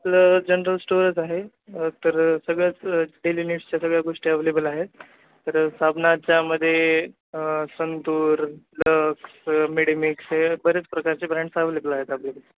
आपलं जनरल स्टोअरच आहे तर सगळ्याच डेली नीड्सच्या सगळ्या गोष्टी अवेलेबल आहेत तर साबणाच्यामध्ये संतूर लक्स मेडीमिक्स हे बरेच प्रकारचे ब्रँड्स अवेलेबल आहेत आपल्याकडे